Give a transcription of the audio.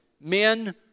men